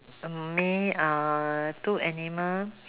me uh two animal